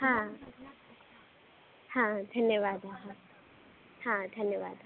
हा हा धन्यवादः हा धन्यवादः